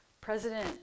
President